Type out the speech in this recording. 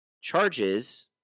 charges